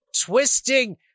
Twisting